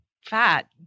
fat